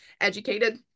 educated